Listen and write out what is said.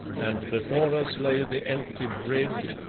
and before us lay the empty bridge,